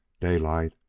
daylight,